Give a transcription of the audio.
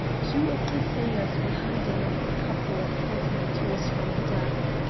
two of the sailors were handing up a couple of portmanteaus from the deck.